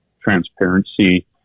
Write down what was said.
transparency